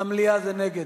למליאה זה נגד.